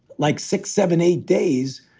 like six, seven, eight days,